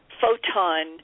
photon